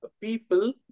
people